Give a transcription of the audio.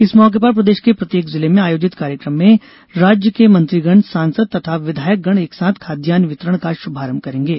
इस मौके पर प्रदेश के प्रत्येक जिले में आयोजित कार्यक्रम में राज्य के मंत्रीगण सांसद तथा विधायकगण एक साथ खाद्यन्न वितरण का शुभारंभ करेंगे